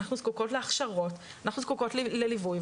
אנחנו זקוקות להכשרות ולליווי.